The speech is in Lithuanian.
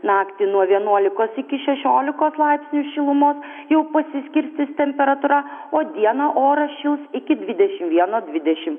naktį nuo vienuolikos iki šešiolikos laipsnių šilumos jau pasiskirstys temperatūra o dieną oras šils iki dvidešim vieno dvidešimt